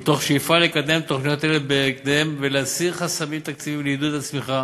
מתוך שאיפה לקדם תוכניות אלה בהקדם ולהסיר חסמים תקציביים לעידוד הצמיחה